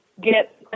get